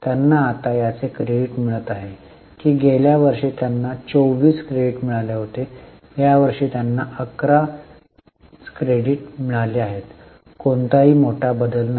त्यांना आता याचे क्रेडिट मिळत आहे की गेल्या वर्षी त्यांना 24 क्रेडिट मिळाले होते यावर्षी त्यांना 11 चे क्रेडिट मिळाले आहे कोणताही मोठा बदल नाही